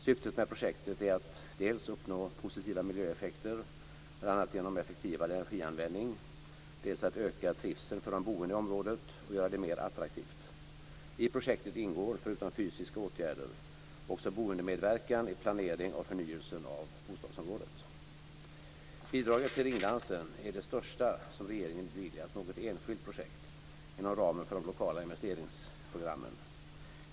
Syftet med projektet är dels att uppnå positiva miljöeffekter, bl.a. genom effektivare energianvändning, dels att öka trivseln för de boende i området och göra det mer attraktivt. I projektet ingår, förutom fysiska åtgärder, också boendemedverkan i planering av förnyelsen av bostadsområdet. Bidraget till Ringdansen är det största som regeringen beviljat något enskilt projekt inom ramen för de lokala investeringsprogrammen.